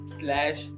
slash